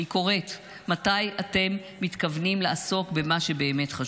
מתי אתם מתכוונים לעסוק במה שחשוב באמת?